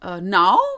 Now